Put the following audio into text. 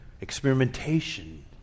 experimentation